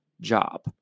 job